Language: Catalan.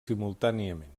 simultàniament